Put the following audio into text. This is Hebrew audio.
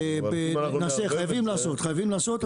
חייבים לעשות.